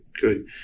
good